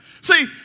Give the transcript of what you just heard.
See